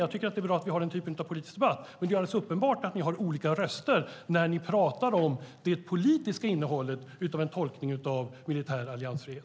Jag tycker att det är bra att vi har den typen av politisk debatt, men det är alldeles uppenbart att ni har olika röster när ni pratar om det politiska innehållet i tolkningen av militär alliansfrihet.